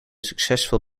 successful